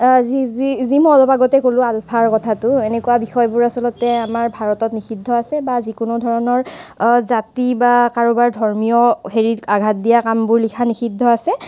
যি মই অলপ আগতে ক'লোঁ আলফাৰ কথাটো এনেকুৱা বিষয় আচলতে আমাৰ ভাৰতত নিষিদ্ধ আছে বা যিকোনো ধৰণৰ জাতি বা কাৰোবাৰ ধৰ্মীয় হেৰিক আঘাত দিয়া কামবোৰ লিখা নিষিদ্ধ আছে